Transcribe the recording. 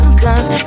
cause